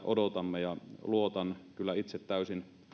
odotamme luotan kyllä itse täysin